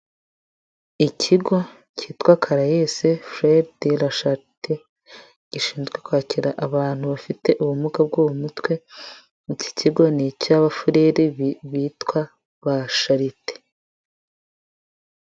Ikigo cyitwa Caraes freres de la charite, gishinzwe kwakira abantu bafite ubumuga bwo mu mutwe, iki kigo ni icy'abafurere bitwa ba charite.